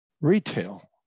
retail